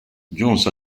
giunse